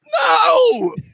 No